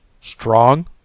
Strong